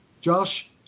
Josh